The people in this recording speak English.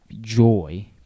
joy